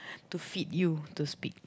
to feed you to speak